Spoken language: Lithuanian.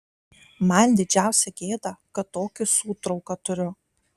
man didžiausia gėda kad tokį sūtrauką turiu